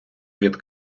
від